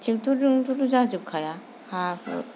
ट्रेक्टरजोंल'थ' जाजोबखाया हा हु